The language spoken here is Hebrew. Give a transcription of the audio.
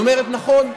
היא אומרת: נכון,